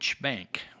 Bank